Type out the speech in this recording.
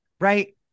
right